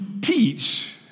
teach